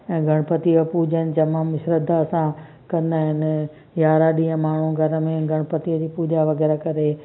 ऐं गणेपति जो पूॼनु तमामु श्रद्धा सां कंदा आहिनि यारहां ॾींहं माण्हू घर में गणपति जी पूॼा वग़ैरह करे